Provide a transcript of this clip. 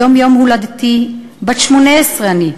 היום יום הולדתי, בת 18 אני.